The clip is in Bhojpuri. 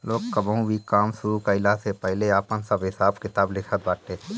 लोग कवनो भी काम शुरू कईला से पहिले आपन सब हिसाब किताब लिखत बाटे